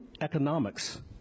economics